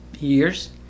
years